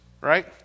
right